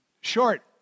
short